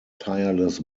tireless